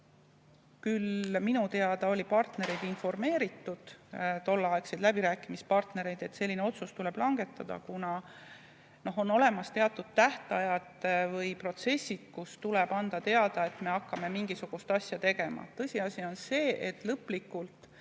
oli minu teada partnereid informeeritud, tolleaegseid läbirääkimispartnereid, et selline otsus tuleb langetada, kuna on olemas teatud tähtajad või protsessid, mille puhul tuleb anda teada, et me hakkame mingisugust asja tegema. Tõsiasi on see, et sellest